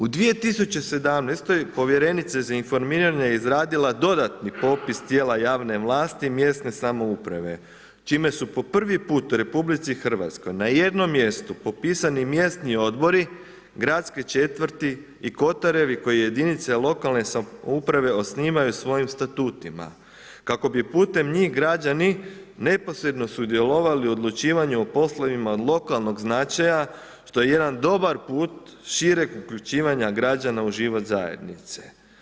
U 2017. povjerenica za informiranje je izradila dodatni popis tijela javne vlasti mjesne samouprave čime su po prvi put u RH na jednom mjestu popisani mjesni odbori, gradske četvrti i kotarevi koje jedinice lokalne samouprave osnivaju svojim statutima kako bi putem njih građani neposredno sudjelovali u odlučivanju i o poslovima od lokalnog značaja što je jedan dobar put šireg uključivanja građana u život zajednice.